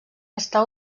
està